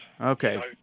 Okay